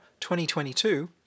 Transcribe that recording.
2022